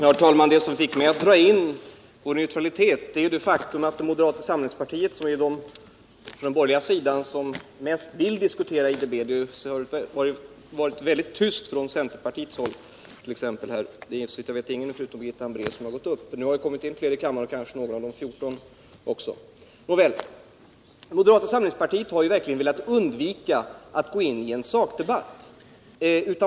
Herr talman! Det som fick mig att dra in vår neutralitet i debatten hade som bakgrund moderata samlingspartiets argument. Från den borgerliga sidan är det detta parti son mest vill diskutera IDB. Det hart.ex. varit väldigt tyst från centerpartihåll. Det är, såvitt jag vet, ingen annan än Birgitta Hambraeus som har tagit ull orda i frågan. Nu har det kommit in fler i kammaren, kanske också någon av de 14 centerpartister som förra året gav uttryck åt sin negativa uppfattning. Moderata samlingspartiet har verkligen velat undvika att gå in i en sakdebatt.